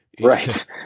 right